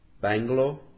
Bangalore